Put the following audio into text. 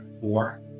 four